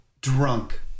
drunk